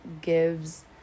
gives